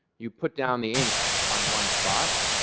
you put down the ink on one spot.